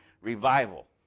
revival